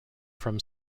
from